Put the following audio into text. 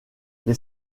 les